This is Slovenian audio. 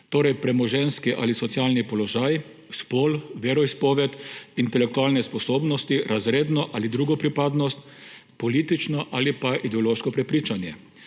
Torej premoženjski ali socialni položaj, spol, veroizpoved, intelektualne sposobnosti, razredno ali drugo pripadnost, politično ali pa ideološko prepričanje.